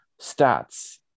stats